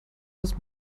das